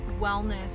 wellness